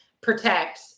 protect